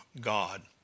God